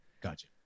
Gotcha